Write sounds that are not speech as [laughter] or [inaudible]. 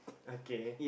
[breath] okay